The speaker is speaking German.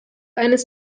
eines